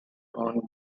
owned